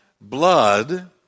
blood